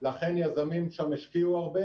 לכן יזמים השקיעו שם הרבה.